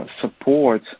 support